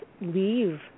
leave